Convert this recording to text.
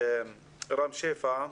רם שפע,